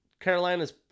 Carolina's